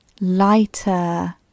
lighter